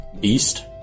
beast